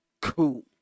Cool